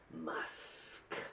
musk